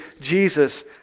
Jesus